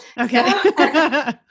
Okay